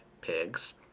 pigs